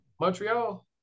Montreal